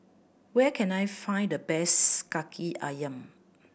where can I find the best Kaki Ayam